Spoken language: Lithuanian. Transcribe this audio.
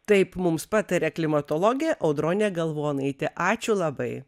taip mums pataria klimatologė audronė galvonaitė ačiū labai